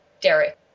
Derek